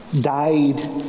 Died